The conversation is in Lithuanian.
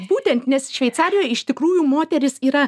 būtent nes šveicarijoj iš tikrųjų moterys yra